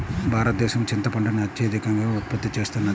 భారతదేశం చింతపండును అత్యధికంగా ఉత్పత్తి చేస్తున్నది